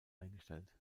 eingestellt